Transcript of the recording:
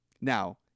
Now